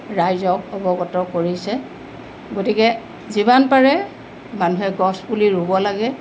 ৰাইজক অৱগত কৰিছে গতিকে যিমান পাৰে মানুহে গছ পুলি ৰুব লাগে